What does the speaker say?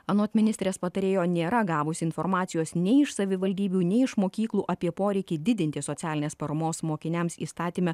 anot ministrės patarėjo nėra gavusi informacijos nei iš savivaldybių nei iš mokyklų apie poreikį didinti socialinės paramos mokiniams įstatyme